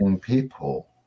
people